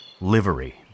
livery